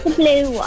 blue